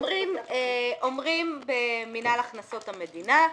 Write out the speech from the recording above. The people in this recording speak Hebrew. אומרים במנהל הכנסות המדינה: